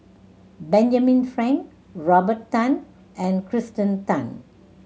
Benjamin Frank Robert Tan and Kirsten Tan